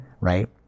right